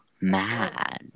mad